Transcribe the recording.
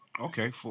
Okay